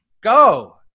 Go